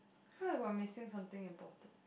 I feel like I'm missing something important